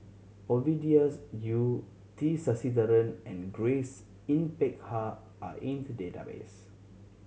Ovidia's Yu T Sasitharan and Grace Yin Peck Ha are in the database